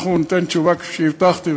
אנחנו ניתן תשובה כפי שהבטחתי,